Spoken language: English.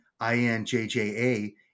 INJJA